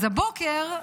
הבוקר,